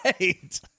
Right